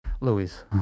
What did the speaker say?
Louis